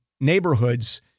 neighborhoods